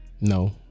no